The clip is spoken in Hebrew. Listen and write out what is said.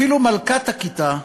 אפילו מלכת הכיתה,